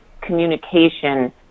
communication